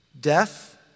Death